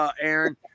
Aaron